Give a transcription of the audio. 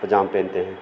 पैजाम पहनते हैं